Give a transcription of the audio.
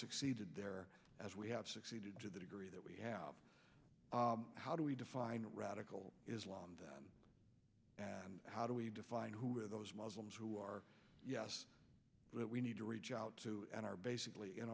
succeeded there as we have succeeded to the degree that we have how do we define radical islam and how do we define who are those muslims who are that we need to reach out to and are basically in